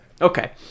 Okay